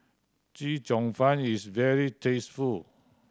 Chee Cheong Fun is very tasty